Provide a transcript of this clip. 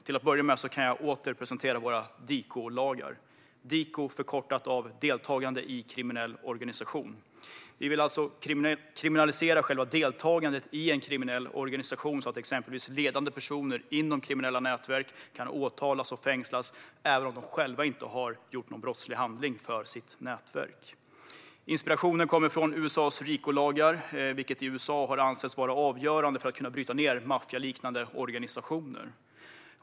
Till att börja med kan jag åter presentera våra DIKO-lagar - DIKO står för deltagande i kriminell organisation. Vi vill alltså kriminalisera själva deltagandet i en kriminell organisation, så att exempelvis ledande personer inom kriminella nätverk kan åtalas och fängslas även om de själva inte har gjort sig skyldiga till någon brottslig handling för sitt nätverk. Inspirationen kommer från USA:s RICO-lagar, som i USA anses ha varit avgörande för att kunna bryta ned maffialiknande organisationer.